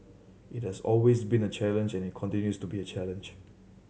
it has always been a challenge and it continues to be a challenge